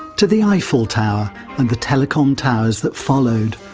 to the eiffel tower and the telecom towers that followed.